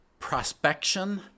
prospection